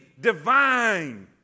Divine